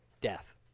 death